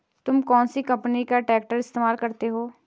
तुम कौनसी कंपनी का ट्रैक्टर इस्तेमाल करते हो?